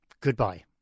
Goodbye